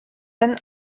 when